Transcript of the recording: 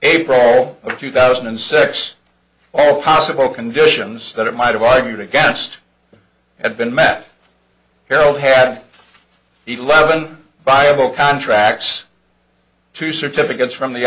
april of two thousand and six all possible conditions that it might have argued against had been met harold had eleven buyable contracts to certificates from the